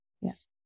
Yes